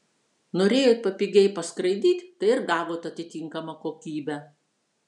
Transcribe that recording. norėjot papigiai paskraidyt tai ir gavot atitinkamą kokybę